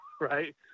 right